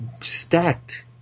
stacked